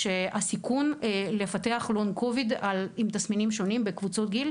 הם שהסיכון לפתח לונג קוביד עם תסמינים שונים בקבוצות גיל,